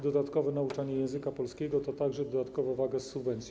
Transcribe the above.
Dodatkowe nauczanie języka polskiego to także dodatkowa waga z subwencji.